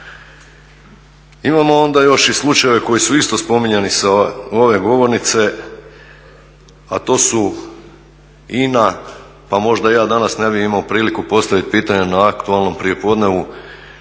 Imamo onda još i slučajeve koji su isto spominjani sa ove govornice, a to su INA, pa možda ja danas ne bih imao priliku postavit pitanje na aktualnom prijepodnevu